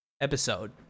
episode